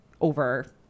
over